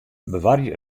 bewarje